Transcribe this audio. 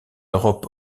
europe